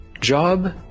job